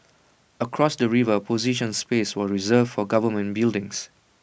across the river A portion space was reserved for government buildings